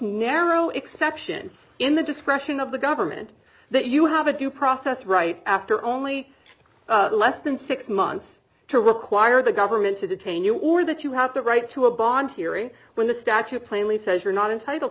narrow exception it's in the discretion of the government that you have a due process right after only less than six months to require the government to detain you or that you have the right to a bond hearing when the statute plainly says you're not entitled